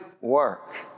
work